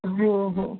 हो हो